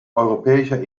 europäischer